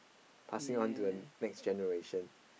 passing on to a next generation